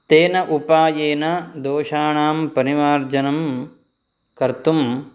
तेन उपायेन दोषाणां परिमार्जनं कर्तुं